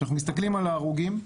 כשאנחנו מסתכלים על ההרוגים,